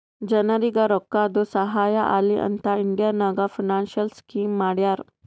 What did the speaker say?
ಜನರಿಗ್ ರೋಕ್ಕಾದು ಸಹಾಯ ಆಲಿ ಅಂತ್ ಇಂಡಿಯಾ ನಾಗ್ ಫೈನಾನ್ಸಿಯಲ್ ಸ್ಕೀಮ್ ಮಾಡ್ಯಾರ